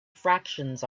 fractions